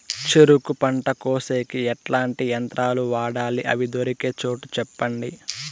చెరుకు పంట కోసేకి ఎట్లాంటి యంత్రాలు వాడాలి? అవి దొరికే చోటు చెప్పండి?